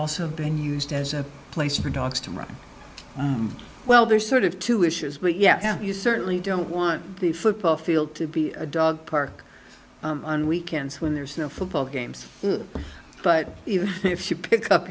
also been used as a place for dogs to run well there's sort of two issues but yeah you certainly don't want the football field to be a dog park on weekends when there's no football games but even if you pick up